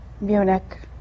Munich